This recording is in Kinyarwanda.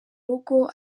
rugo